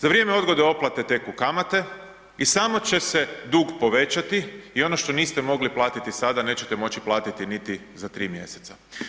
Za vrijeme odgode otplate teku kamate i samo će se dug povećati i ono što niste mogli platiti sada neće moći platiti niti za 3 mjeseca.